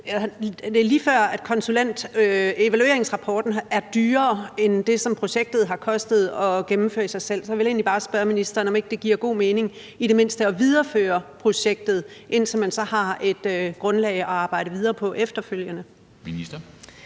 Det er lige før, at evalueringsrapporten er dyrere end det, som projektet har kostet at gennemføre i sig selv. Så jeg vil egentlig bare spørge ministeren, om ikke det giver god mening i det mindste at videreføre projektet, indtil man så har et grundlag at arbejde videre på efterfølgende. Kl.